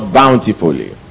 bountifully